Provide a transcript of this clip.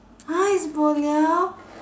!huh! it's bo liao